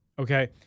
okay